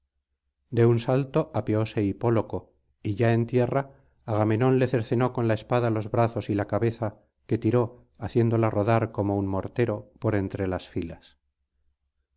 de un salto apeóse hipóloco y ya en tierra agamenón le cercenó con la espada los brazos y la cabeza que tiró haciéndola rodar como un mortero por entre las filas